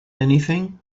anything